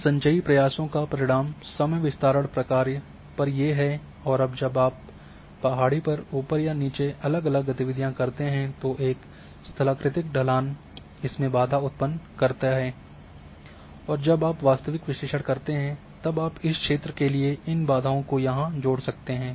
इन संचयी प्रयासों का परिणाम समय विस्तारण प्रक्रिया पर ये है और जब आप पहाड़ी पर ऊपर या नीचे अलग अलग गतिविधियां करते है तो एक स्थलाकृतिक ढलान इसमें बाधा उत्पन्न करते हैं और जब आप वास्तविक विश्लेषण करते हैं तब आप इस क्षेत्र के लिए इन बाधाओं को यहाँ जोड़ सकते हैं